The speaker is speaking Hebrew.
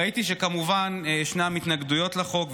ראיתי שכמובן ישנן התנגדויות לחוק,